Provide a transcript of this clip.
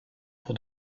pour